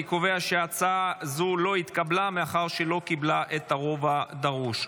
אני קובע שהצעה זו לא התקבלה מאחר שלא קיבלה את הרוב הדרוש.